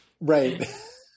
Right